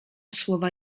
słowa